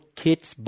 kids